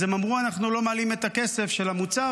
אז הם אמרו: אנחנו לא מעלים את הכסף של המוצר,